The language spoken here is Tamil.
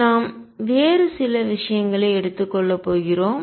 நாம் வேறு சில விஷயங்களை எடுத்துக் கொள்ளப் போகிறோம்